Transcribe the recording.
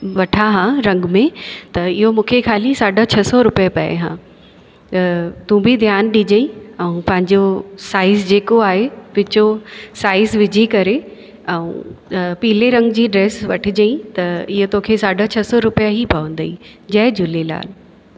वठां हां रंग में त इहो मूंखे खाली साढा छह सौ रुपए पए हा त तू बि ध्यानु ॾिजांइ ऐं पंहिंजो साइज़ जेको आहे विचो साइज़ विझी करे ऐं पीले रंग जी ड्रेस वठिजाइं त ईअं तोखे साढा छह सौ रुपए ई पवंदई जय झूलेलाल